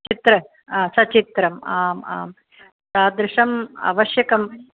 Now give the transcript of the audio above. चित्रं हा सचित्रम् आम् आं तादृशम् आवश्यकं